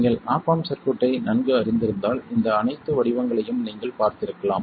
நீங்கள் op amp சர்க்யூட்டை நன்கு அறிந்திருந்தால் இந்த அனைத்து வடிவங்களையும் நீங்கள் பார்த்திருக்கலாம்